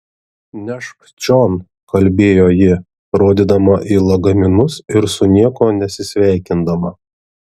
nešk čion kalbėjo ji rodydama į lagaminus ir su niekuo nesisveikindama